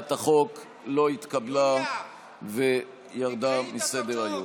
שהצעת החוק לא התקבלה וירדה מסדר-היום.